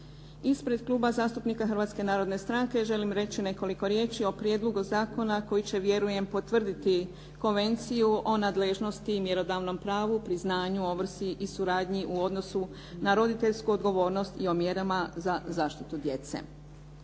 Ispred kluba zastupnika Hrvatske narodne stranke želim reći nekoliko riječi o prijedlogu zakona koji će vjerujem potvrditi Konvenciju o nadležnosti, mjerodavnom pravu, priznanju, ovrsi i suradnji u odnosu na roditeljsku odgovornost i o mjerama za zaštitu djece.